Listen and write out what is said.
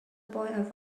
boy